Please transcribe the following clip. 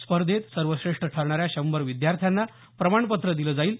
स्पर्धेत सर्वश्रेष्ठ ठरणाऱ्या शंभर विद्यार्थ्यांना प्रमाणपत्र दिले जातील